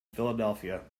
philadelphia